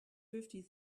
fifty